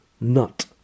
nut